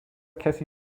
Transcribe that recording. کسی